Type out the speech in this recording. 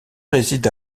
réside